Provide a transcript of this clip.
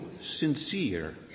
sincere